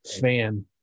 fan